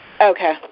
Okay